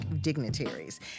dignitaries